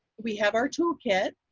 we have our toolkit.